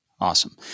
Awesome